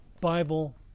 Bible